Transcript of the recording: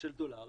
של דולרים,